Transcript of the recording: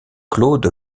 claude